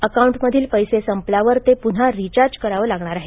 अकाउंटमधील पैसे संपल्यानंतर ते पुन्हा रिचार्ज करावं लागणार आहे